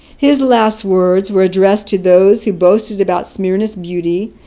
his last words were addressed to those who boasted about smyrna's beauty,